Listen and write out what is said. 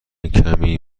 کمی